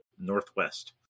northwest